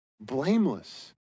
blameless